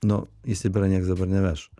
nu į sibirą nieks dabar neveš